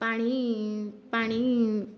ପାଣି ପାଣି